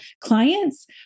clients